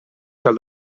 cal